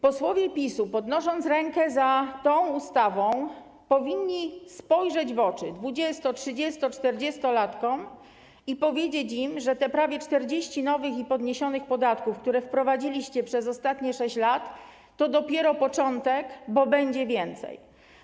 Posłowie PiS-u, podnosząc rękę za tą ustawą, powinni spojrzeć w oczy 20-, 30-, 40-latkom i powiedzieć im, że te prawie 40 nowych i podniesionych podatków, które wprowadziliście przez ostatnie 6 lat, to dopiero początek, bo będzie ich więcej.